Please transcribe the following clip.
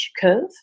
curve